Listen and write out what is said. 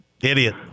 idiot